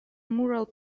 mural